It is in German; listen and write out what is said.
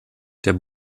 der